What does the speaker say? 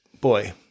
Boy